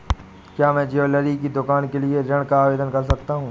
क्या मैं ज्वैलरी की दुकान के लिए ऋण का आवेदन कर सकता हूँ?